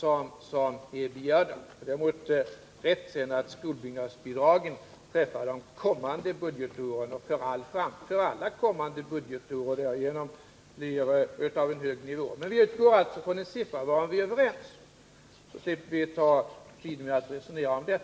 Det är riktigt att skolbyggnadsbidragen träffar alla kommande budgetår, och därigenom blir det en hög nivå. Men vi utgår alltså från en siffra varom vi är överens, så slipper vi uppta tiden med att resonera om det.